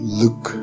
look